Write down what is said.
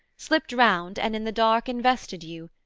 slipt round and in the dark invested you,